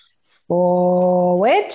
forward